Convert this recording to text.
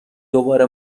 دوباره